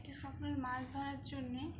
এটা সকল মাছ ধরার জন্যে